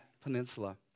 Peninsula